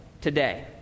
today